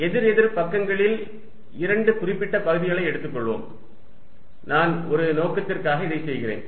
எதிர் எதிர் பக்கங்களில் இரண்டு குறிப்பிட்ட பகுதிகளை எடுத்துக்கொள்வோம்நான் ஒரு நோக்கத்திற்காக இதைச் செய்கிறேன்